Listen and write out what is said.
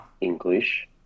English